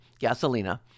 Gasolina